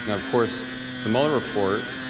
of course the mueller report